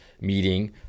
meeting